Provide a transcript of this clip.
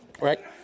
Right